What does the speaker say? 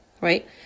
right